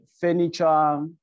furniture